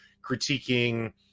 critiquing